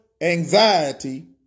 anxiety